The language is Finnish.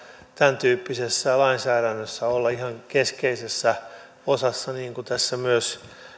tämäntyyppisessä lainsäädännössä olla ihan keskeisessä osassa niin kuin tässä